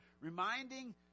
Reminding